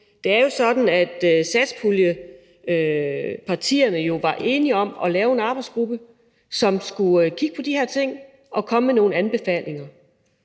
Det er jo sådan, at satspuljepartierne jo var enige om at lave en arbejdsgruppe, som skulle kigge på de her ting og komme med nogle anbefalinger,